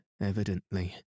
evidently